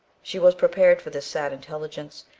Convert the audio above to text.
she was prepared for this sad intelligence,